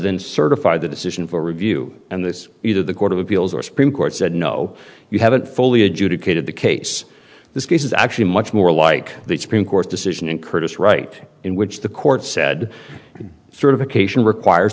then certify the decision for review and this either the court of appeals or supreme court said no you haven't fully adjudicated the case this case is actually much more like the supreme court's decision in curtis right in which the court said certification requires